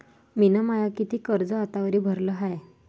मिन माय कितीक कर्ज आतावरी भरलं हाय?